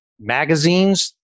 magazines